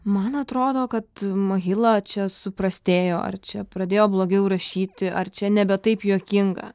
man atrodo kad mahila čia suprastėjo ar čia pradėjo blogiau rašyti ar čia nebe taip juokinga